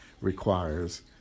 requires